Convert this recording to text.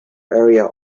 area